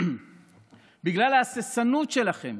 בגלל ההססנות שלכם,